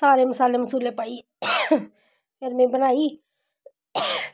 सारे मसाले पाइयै फिर में बनाई